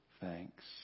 thanks